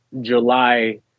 July